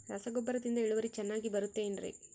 ರಸಗೊಬ್ಬರದಿಂದ ಇಳುವರಿ ಚೆನ್ನಾಗಿ ಬರುತ್ತೆ ಏನ್ರಿ?